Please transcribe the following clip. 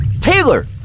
Taylor